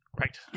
Right